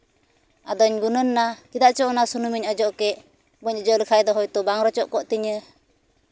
ᱟᱫᱚᱧ ᱜᱩᱱᱟᱹᱱ ᱱᱟ ᱪᱮᱫᱟᱜ ᱪᱚᱝ ᱚᱱᱟ ᱥᱩᱱᱩᱢ ᱫᱚᱧ ᱚᱡᱚᱜ ᱞᱮᱜ ᱵᱟᱹᱧ ᱚᱡᱚᱜ ᱞᱮᱠᱷᱟᱱ ᱫᱚ ᱦᱚᱭᱛᱳ ᱵᱟᱝ ᱨᱚᱪᱚᱜ ᱠᱚᱜ ᱛᱤᱧᱟᱹ